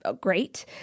great